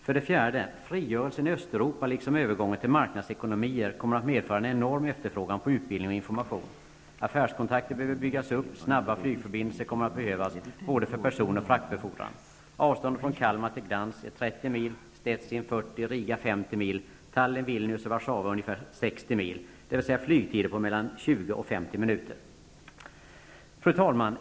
För det fjärde kommer frigörelsen i Östeuropa liksom övergången till marknadsekonomi att medföra en enorm efterfrågan på utbildning och information. Affärskontakter behöver byggas upp. Snabba flygförbindelser kommer att behövas både för person och fraktbefordran. Avståndet från Kalmar till Gdansk är 30 mil, till Stettin 40 mil, till Riga 50 mil, till Tallinn, Vilnius och Warszawa ungefär 60 mil, dvs. flygtider på mellan 20 och 50 Fru talman!